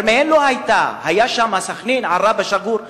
כרמיאל לא היתה, היו שם סח'נין, עראבה, שגור.